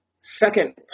second